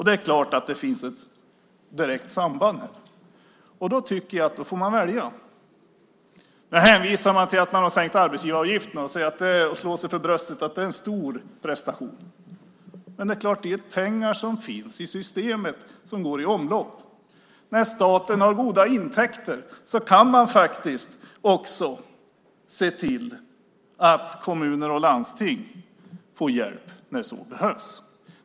Det är klart att det finns ett direkt samband här. Då tycker jag att man får välja. Man hänvisar till att man har sänkt arbetsgivaravgifterna, slår sig för bröstet och menar att det är en stor prestation. Men det är klart att det är pengar som finns i systemet som går i omlopp. När staten har goda intäkter kan man faktiskt också se till att kommuner och landsting får hjälp när så behövs.